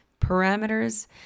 parameters